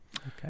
okay